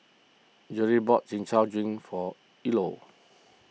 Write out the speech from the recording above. Jerrie bought Chin Chow Drink for Eola